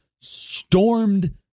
stormed